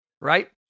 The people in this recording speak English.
right